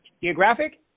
Geographic